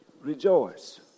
rejoice